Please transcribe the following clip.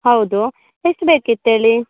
ಹೌದು ಎಷ್ಟು ಬೇಕಿತ್ತು ಹೇಳಿ